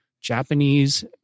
Japanese